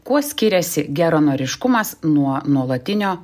kuo skiriasi geranoriškumas nuo nuolatinio